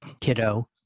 Kiddo